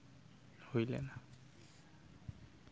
ᱦᱩᱭᱞᱮᱱᱟ